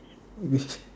you see